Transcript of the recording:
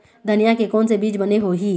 धनिया के कोन से बीज बने होही?